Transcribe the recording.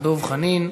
דב חנין.